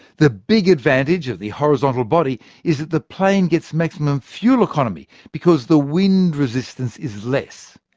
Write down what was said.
the big advantage of the horizontal body is that the plane gets maximum fuel economy, because the wind resistance is less.